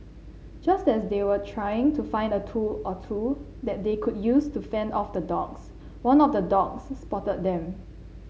just as they were trying to find a tool or two that they could use to fend off the dogs one of the dogs spotted them